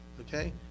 Okay